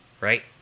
right